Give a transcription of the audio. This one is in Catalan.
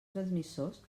transmissors